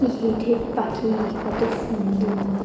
কি হিট ঠিট পাখি কত সুন্দর